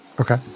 Okay